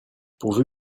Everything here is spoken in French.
pourvu